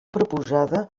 proposada